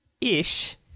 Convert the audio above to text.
ish